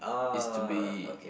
is to be